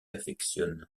affectionne